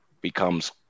becomes